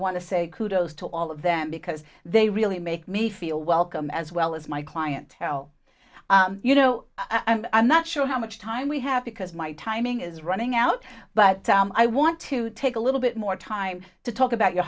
to say kudos to all of them because they really make me feel welcome as well as my clientele you know i'm not sure how much time we have because my timing is running out but i want to take a little bit more time to talk about your